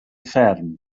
fferm